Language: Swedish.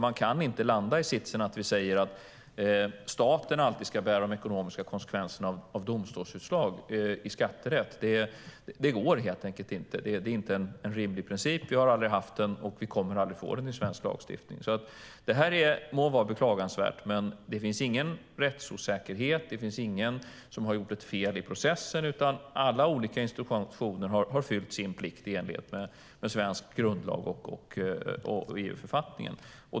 Man kan inte säga att staten alltid ska bära de ekonomiska konsekvenserna av domstolsutslag i skatterätt. Det går helt enkelt inte. Det är inte en rimlig princip. Vi har aldrig haft den, och vi kommer heller aldrig att få den i svensk lagstiftning. Detta må vara beklagansvärt, men det finns ingen rättsosäkerhet här. Det är ingen som har gjort fel i processen. Alla olika institutioner har uppfyllt sin plikt i enlighet med svensk grundlag och EU-författningen.